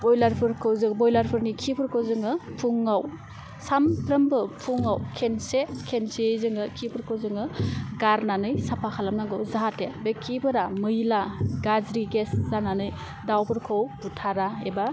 ब्रइलारफोरखौ जों ब्रइलारफोरनि खिफोरखौ जोङो फुङाव सामफ्रामबो फुङाव खनसे खनसेयै जोङो खिफोरखौ जोङो गारनानै साफा खालामनांगौ जाहाथे बे खिफोरा मैला गाज्रि गेस जानानै दाउफोरखौ बुथारा एबा